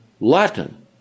Latin